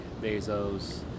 Bezos